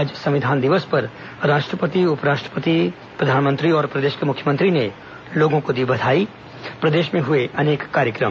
आज संविधान दिवस पर राष्ट्रपति उपराष्ट्रपति प्रधानमंत्री और प्रदेश के मुख्यमंत्री ने लोगों को दी बधाई प्रदेश में हुए अनेक कार्यक्रम